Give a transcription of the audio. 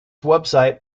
website